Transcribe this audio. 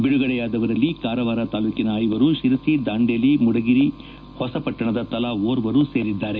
ಬಿಡುಗಡೆಯಾದವರಲ್ಲಿ ಕಾರವಾರ ತಾಲೂಕಿನ ಐವರು ತಿರಸಿ ದಾಂಡೇಲಿ ಮುಡಗಿರಿ ಹೊಸಪಟ್ಟಣದ ತಲಾ ಓರ್ವರು ಸೇರಿದ್ದಾರೆ